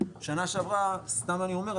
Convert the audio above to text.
סתם אני אומר,